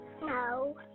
No